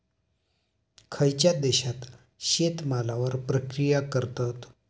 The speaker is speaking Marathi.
खयच्या देशात शेतमालावर प्रक्रिया करतत?